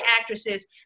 actresses